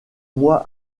mois